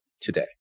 today